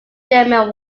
german